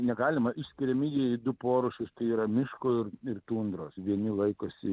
negalima išskiriami jie į du porūšius tai yra miško ir ir tundros vieni laikosi